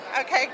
Okay